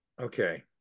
okay